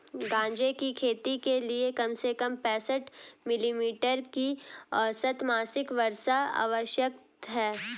गांजे की खेती के लिए कम से कम पैंसठ मिली मीटर की औसत मासिक वर्षा आवश्यक है